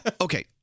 okay